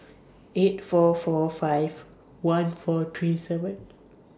eight four four five one four three seven